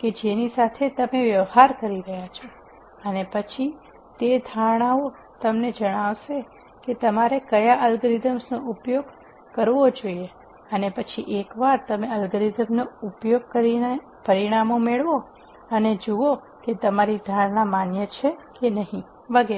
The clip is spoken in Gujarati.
કે જેની સાથે તમે વ્યવહાર કરી રહ્યાં છો અને પછી તે ધારણાઓ તમને જણાવશે કે તમારે કયા અલ્ગોરિધમ્સનો ઉપયોગ કરવો જોઈએ અને પછી એકવાર તમે અલ્ગોરિધમ ઉપયોગ કરીને પરિણામો મેળવો અને જુઓ કે તમારી ધારણા માન્ય છે કે નહીં વગેરે